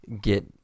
get